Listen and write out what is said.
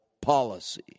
policy